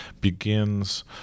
begins